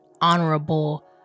honorable